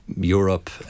Europe